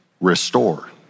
restore